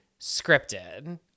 scripted